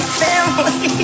family